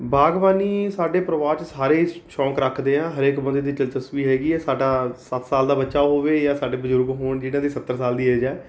ਬਾਗਬਾਨੀ ਸਾਡੇ ਪਰਿਵਾਰ 'ਚ ਸਾਰੇ ਹੀ ਸ਼ ਸ਼ੌਕ ਰੱਖਦੇ ਆ ਹਰੇਕ ਬੰਦੇ ਦੀ ਦਿਲਚਸਪੀ ਹੈਗੀ ਆ ਸਾਡਾ ਸੱਤ ਸਾਲ ਦਾ ਬੱਚਾ ਹੋਵੇ ਜਾਂ ਸਾਡੇ ਬਜ਼ੁਰਗ ਹੋਣ ਜਿਨ੍ਹਾਂ ਦੀ ਸੱਤਰ ਸਾਲ ਦੀ ਏਜ਼ ਹੈ